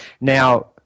Now